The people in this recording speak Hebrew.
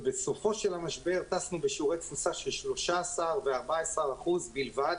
ובסופו של המשבר טסנו בשיעורי תפוסה של 13% ו-14% בלבד.